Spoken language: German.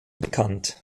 bekannt